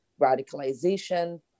radicalization